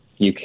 UK